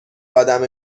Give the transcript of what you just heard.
ادم